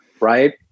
right